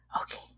Okay